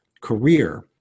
career